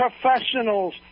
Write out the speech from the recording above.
professionals